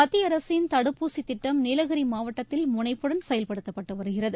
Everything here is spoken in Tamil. மத்திய அரசின் தடுப்பூசி திட்டம் நீலகிரி மாவட்டத்தில் முனைப்புடன் செயல்படுத்தப்பட்டு வருகிறது